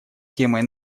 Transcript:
темой